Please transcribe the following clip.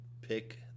pick